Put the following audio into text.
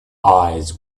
eyes